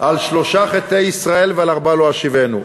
על שלושה חטאי ישראל ועל ארבעה לא אשיבנו.